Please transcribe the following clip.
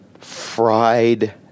fried